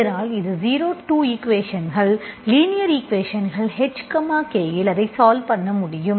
இதனால் இது 0 2 ஈக்குவேஷன்ஸ்கள் லீனியர் ஈக்குவேஷன்ஸ்கள் h k இல் அதை சால்வ் பண்ண முடியும்